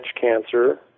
cancer